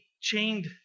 chained